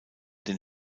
den